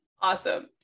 Awesome